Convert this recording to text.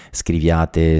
scriviate